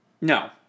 No